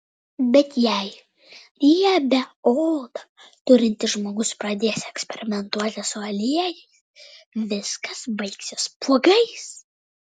bet jei riebią odą turintis žmogus pradės eksperimentuoti su aliejais viskas baigsis spuogais